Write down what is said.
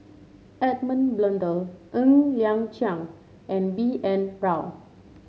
Edmund Blundell Ng Liang Chiang and B N Rao